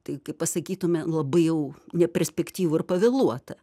tai kaip pasakytume labai jau neperspektyvu ir pavėluota